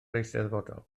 eisteddfodol